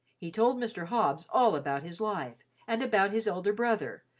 he told mr. hobbs all about his life and about his elder brother,